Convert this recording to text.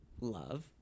love